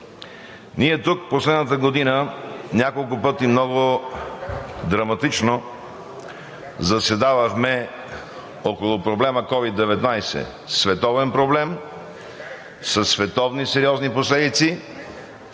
Ние тук в последната година няколко пъти много драматично заседавахме около проблема COVID-19 – световен проблем, със световни сериозни последици.